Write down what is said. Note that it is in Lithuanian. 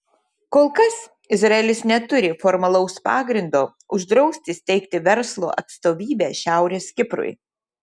kol kas izraelis neturi formalaus pagrindo uždrausti steigti verslo atstovybę šiaurės kiprui